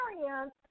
experience